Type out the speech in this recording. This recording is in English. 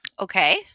Okay